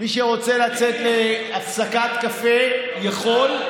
מי שרוצה לצאת להפסקת קפה יכול,